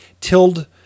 tilled